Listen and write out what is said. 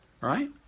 right